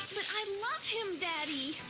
i love him, daddy.